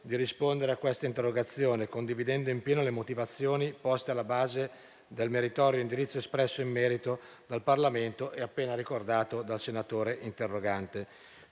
di rispondere a tale interrogazione, condividendo in pieno le motivazioni poste alla base del meritorio indirizzo espresso in merito dal Parlamento e appena ricordato dal senatore interrogante.